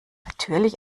natürlich